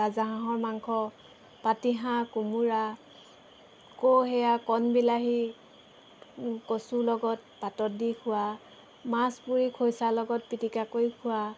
ৰাজা হাঁহৰ মাংস পাতি হাঁহ কোমোৰা ক' সেয়া কণবিলাহী কচুৰ লগত পাতত দি খোৱা মাছ পুৰি খৰিচাৰ লগত পিটিকা কৰি খোৱা